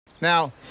Now